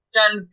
done